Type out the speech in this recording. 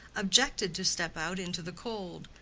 objected to step out into the cold,